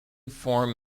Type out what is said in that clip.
form